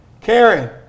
Karen